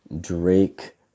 Drake